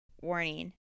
Warning